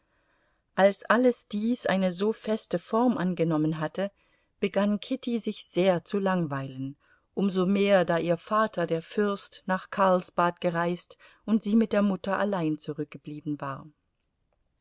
als alles dies eine so feste form angenommen hatte begann kitty sich sehr zu langweilen um so mehr da ihr vater der fürst nach karlsbad gereist und sie mit der mutter allein zurückgeblieben war